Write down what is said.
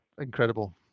incredible